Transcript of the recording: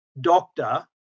doctor